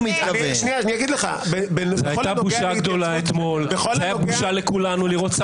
-- זו הייתה בושה לכולנו לראות.